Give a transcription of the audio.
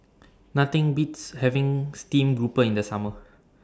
Nothing Beats having Stream Grouper in The Summer